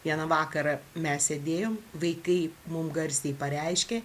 vieną vakarą mes sėdėjom vaikai mum garsiai pareiškė